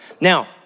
Now